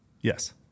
Yes